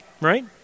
right